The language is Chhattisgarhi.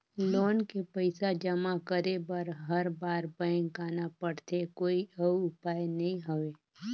लोन के पईसा जमा करे बर हर बार बैंक आना पड़थे कोई अउ उपाय नइ हवय?